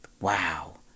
wow